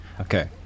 Okay